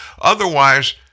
Otherwise